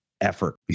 Effort